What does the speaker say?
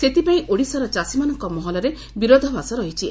ସେଥିପାଇଁ ଓଡ଼ିଶାର ଚାଷୀମାନଙ୍କ ମହଲରେ ବିରୋଧାଭାଷ ରହିଛି